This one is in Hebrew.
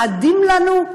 לנו, מתאדים לנו,